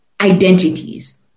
identities